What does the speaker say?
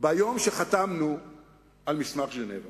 ביום שחתמנו על מסמך ז'נבה